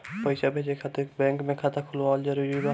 पईसा भेजे खातिर बैंक मे खाता खुलवाअल जरूरी बा?